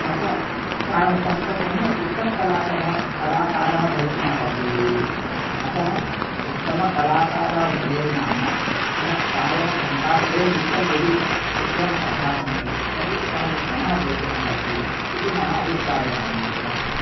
अथ कारणतः सः सम्यक् उत्तमः कलाकरः कलाकारः भवितुमर्हति अतः उत्तमः कलाकारः भवेद् नाम सः प्रायः घण्टात्रयं नित्यं यदि चित्रम् अभ्यासं करोति तर्हि सः उत्तमः भवितुमर्हति इति मम अभिप्रायः महोदय